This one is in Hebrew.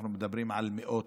אנחנו מדברים על מאות.